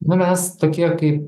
nu mes tokie kaip